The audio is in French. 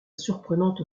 surprenante